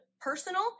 personal